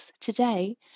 today